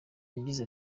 yagize